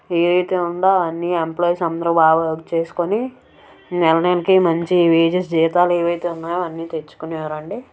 ఏది అయితే ఉందో అన్ని ఎంప్లాయిస్ అందరు బాగా వర్క్ చేసుకొని నెల నెలకి మంచి వేజెస్ జీతాలు ఏవి అయితే ఉన్నాయో అన్నీ తెచ్చుకొనేవారు అండి